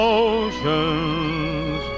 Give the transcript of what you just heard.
oceans